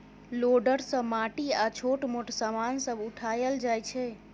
loader सँ माटि आ छोट मोट समान सब उठाएल जाइ छै